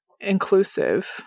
inclusive